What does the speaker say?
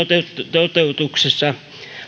toteutuksessa